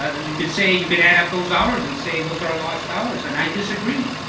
ah you could say, you could add up those hours and say those are lost hours, and i disagree.